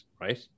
right